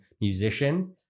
musician